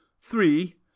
three